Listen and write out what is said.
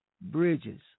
bridges